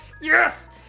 yes